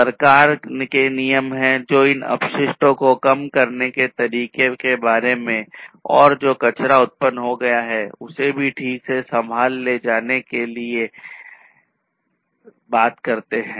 सरकार के नियम हैं जो इन अपशिष्टों को कम करने के तरीके के बारे में और जो कचरा उत्पन्न हो गया है उसे भी ठीक से संभाल ले जाने के लिए बात करते हैं